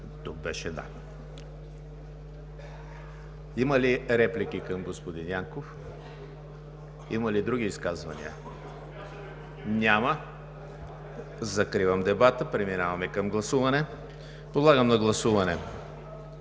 Янков. Има ли реплики към господин Янков? Има ли други изказвания? Няма. Закривам дебата. Преминаваме към гласуване. Подлагам на гласуване